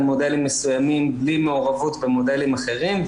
מודלים מסוימים בלי מעורבות במודלים אחרים,